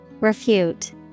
Refute